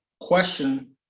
question